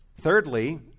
Thirdly